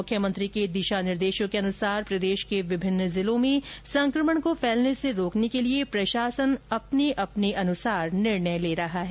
मुख्यमंत्री के दिशा निर्देशों के अनुसार प्रदेश में विभिन्न जिलों में संकमण रोकने के लिए प्रशासन अपने अपने अनुसार निर्णय ले रहा है